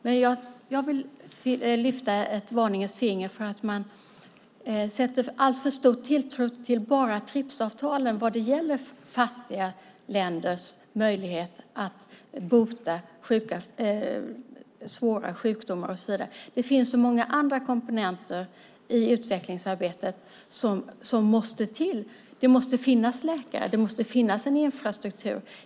Men jag vill lyfta ett varningens finger för att sätta alltför stor tilltro bara till TRIPS-avtalet när det gäller möjligheten att bota svåra sjukdomar och så vidare i fattiga länder. Det är så många andra komponenter i utvecklingsarbetet som måste till. Det måste finnas läkare, och det måste finnas en infrastruktur.